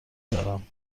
دارم